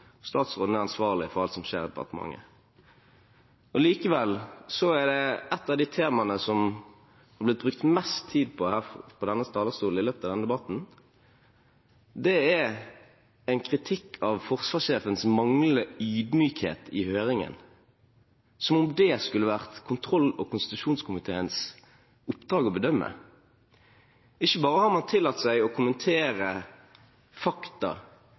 statsråden er ansvarlig for alt som skjer i departementet. Likevel er ett av de temaene som det er brukt mest tid på på denne talerstolen i løpet av denne debatten, en kritikk av forsvarssjefens manglende ydmykhet i høringen. Som om det skulle være kontroll- og konstitusjonskomiteens oppdrag å bedømme. Ikke bare har man tillatt seg å kommentere fakta